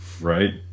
Right